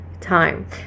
time